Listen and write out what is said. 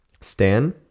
Stan